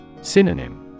Synonym